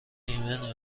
ایمن